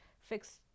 fixed